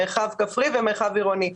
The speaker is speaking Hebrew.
מרחב כפרי ומרחב עירוני.